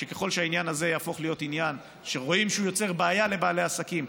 שככל שהעניין הזה יהפוך להיות עניין שרואים שהוא יוצר בעיה לבעלי עסקים,